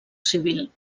civil